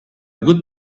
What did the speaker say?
good